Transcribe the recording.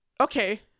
okay